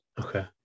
Okay